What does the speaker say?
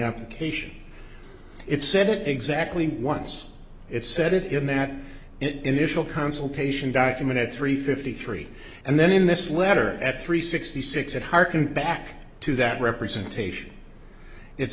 application it said it exactly once it said it in that initial consultation document at three fifty three and then in this letter at three sixty six and hearken back to that representation it